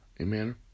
Amen